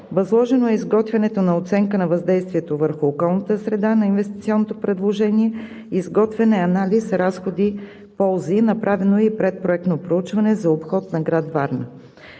Възложено е изготвянето на оценка на въздействието върху околната среда на инвестиционното предложение, изготвен е анализ разходи – ползи, направено е и предпроектно проучване за обход на град Варна.